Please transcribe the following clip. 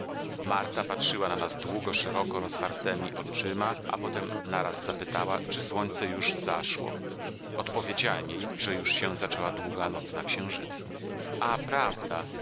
marta patrzyła na nas długo szeroko rozwartemi oczyma a potem naraz zapytała czy słońce już zaszło odpowiedziałem jej że już się zaczęła długa noc na księżycu a prawda